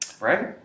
Right